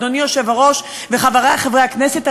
אדוני היושב-ראש וחברי חברי הכנסת,